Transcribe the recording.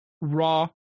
RAW